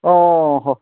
অঁ হয়